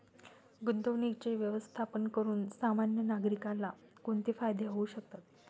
गुंतवणुकीचे व्यवस्थापन करून सामान्य नागरिकाला कोणते फायदे होऊ शकतात?